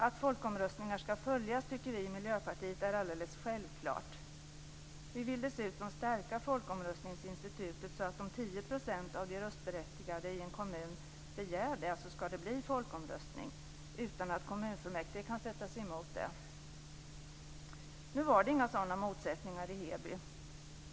Att folkomröstningar skall följas tycker vi i Miljöpartiet är alldeles självklart. Vi vill dessutom stärka folkomröstningsinstitutet så att om 10 % av de röstberättigade i en kommun begär det skall det bli folkomröstning, utan att kommunfullmäktige kan sätta sig emot det. Nu var det inga sådana motsättningar i Heby.